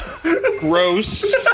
Gross